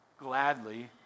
gladly